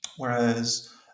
Whereas